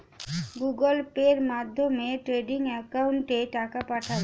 Google পের মাধ্যমে trading একাউন্টে টাকা পাঠাবো?